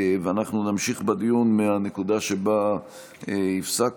אנחנו נמשיך בדיון מהנקודה שבה הפסקנו.